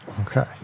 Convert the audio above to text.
Okay